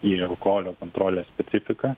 į alkoholio kontrolės specifiką